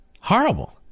horrible